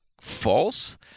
false